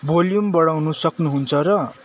volume बढाउन सक्नु हुन्छ र